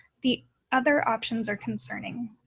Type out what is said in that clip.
the other options are concerning.